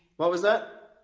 what was that?